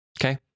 Okay